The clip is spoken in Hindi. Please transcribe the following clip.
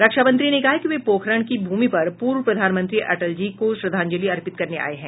रक्षा मंत्री ने कहा कि वे पोखरण की भूमि पर पूर्व प्रधानमंत्री अटल जी को श्रद्धांजलि अर्पित करने आए हैं